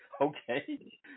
Okay